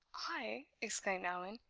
i! exclaimed allan.